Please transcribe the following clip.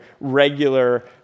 regular